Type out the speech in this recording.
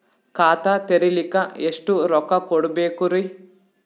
ಖಾತಾ ತೆರಿಲಿಕ ಎಷ್ಟು ರೊಕ್ಕಕೊಡ್ಬೇಕುರೀ?